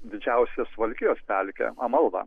didžiausią suvalkijos pelkę amalvą